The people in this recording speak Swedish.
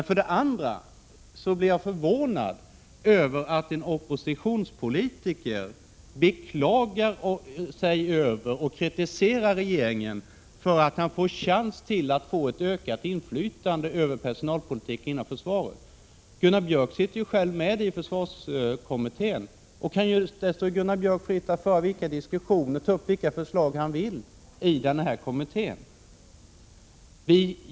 För det andra är jag förvånad över att en oppositionspolitiker beklagar sig och kritiserar regeringen för att han får möjlighet till ett ökat inflytande på personalpolitiken inom försvaret. Gunnar Björk sitter själv med i försvarskommittén och det står honom fritt att föra vilka diskussioner eller ta upp vilka frågor han vill i kommittén.